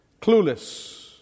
clueless